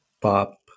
pop